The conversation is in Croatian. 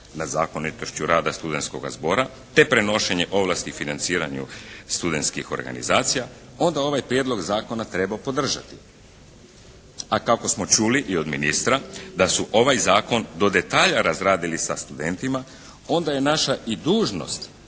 nad zakonitošću rada studentskoga zbora te prenošenje ovlasti i financiranje studentskih organizacija onda ovaj prijedlog zakona treba podržati. A kako smo čuli i od ministra da su ovaj zakon do detalja razradili sa studentima, onda je naša i dužnost